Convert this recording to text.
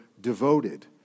devoted